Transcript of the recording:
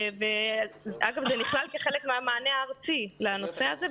אגב, זה נכלל כחלק מהמענה הארצי לנושא הזה.